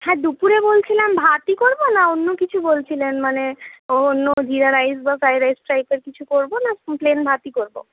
হ্যাঁ দুপুরে বলছিলাম ভাতই করবো না অন্য কিছু বলছিলেন মানে অন্য জিরা রাইস বা ফ্রাইড রাইস টাইপের কিছু করবো না প্লেন ভাতই করবো